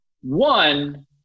one